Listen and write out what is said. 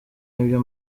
ibyo